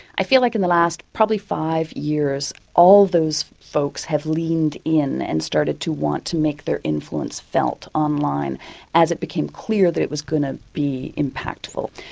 i feel like in the last probably five years, all those folks have leaned in and started to want to make their influence felt online as it became clear that it was going to be impactful.